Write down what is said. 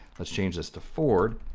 let's change this to ford,